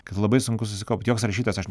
kad labai sunku susikaupt joks rašytojas aš